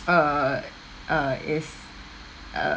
err err is uh